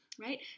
right